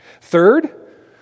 Third